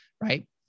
Right